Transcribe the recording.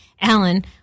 Alan